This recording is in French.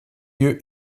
lieu